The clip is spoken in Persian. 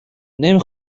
نمی